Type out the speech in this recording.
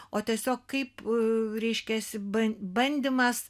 o tiesiog kaip reiškiasi ba bandymas